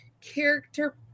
character